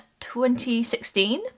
2016